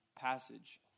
passage